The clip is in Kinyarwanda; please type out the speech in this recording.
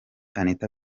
anitha